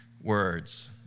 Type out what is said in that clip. words